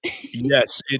yes